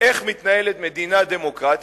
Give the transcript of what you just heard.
איך מתנהלת מדינה דמוקרטית,